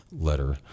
letter